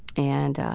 and,